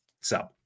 So-